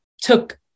took